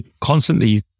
constantly